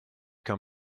qu’un